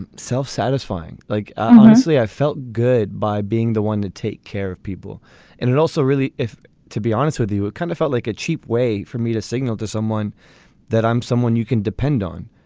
and self satisfying like unwisely i felt good by being the one to take care of people. and it also really if to be honest with you it kind of felt like a cheap way for me to signal to someone that i'm someone you can depend on.